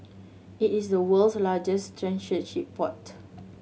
it is the world's largest transshipment port